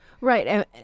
Right